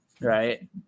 right